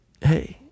hey